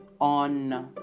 on